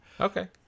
Okay